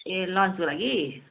ए लन्चको लागि